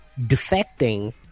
defecting